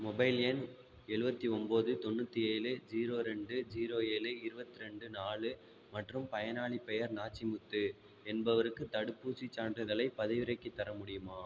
mobile எண் எழுபத்தி ஒன்போது தொண்ணூற்றி ஏழு ஜீரோ ரெண்டு ஜீரோ ஏழு இருவத்திரெண்டு நாலு மற்றும் பயனாளிப் பெயர் நாச்சிமுத்து என்பவருக்கு தடுப்பூசிச் சான்றிதழைப் பதிவிறக்கித் தர முடியுமா